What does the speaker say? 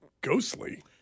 ghostly